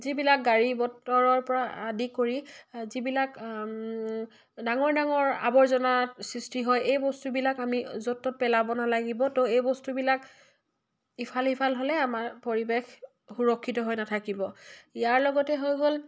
যিবিলাক গাড়ী বতৰৰ পৰা আদি কৰি যিবিলাক ডাঙৰ ডাঙৰ আৱৰ্জনা সৃষ্টি হয় এই বস্তুবিলাক আমি য'ত ত'ত পেলাব নালাগিব তো এই বস্তুবিলাক ইফাল সিফাল হ'লে আমাৰ পৰিৱেশ সুৰক্ষিত হৈ নাথাকিব ইয়াৰ লগতে হৈ গ'ল